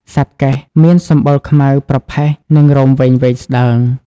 សត្វកែះមានសម្បុរខ្មៅប្រផេះ និងរោមវែងៗស្តើង។